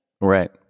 Right